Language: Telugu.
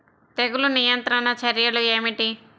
తెగులు నియంత్రణ చర్యలు ఏమిటి?